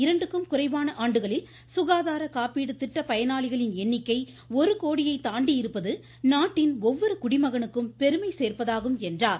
இரண்டுக்கும் குறைவான ஆண்டுகளில் சுகாதார காப்பீடு திட்ட கடந்த பயனாளிகளின் எண்ணிக்கை ஒரு கோடியை தாண்டியிருப்பது நாட்டின் ஒவ்வொரு குடிமகனுக்கும் பெருமை சோப்பதாகும் என்றார்